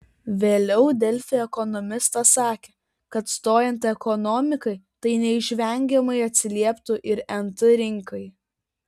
vėliau delfi ekonomistas sakė kad stojant ekonomikai tai neišvengiamai atsilieptų ir nt rinkai